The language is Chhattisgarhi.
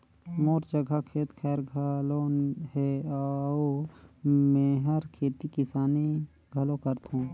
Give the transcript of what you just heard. मोर जघा खेत खायर घलो हे अउ मेंहर खेती किसानी घलो करथों